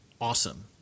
awesome